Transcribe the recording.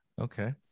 Okay